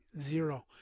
zero